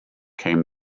came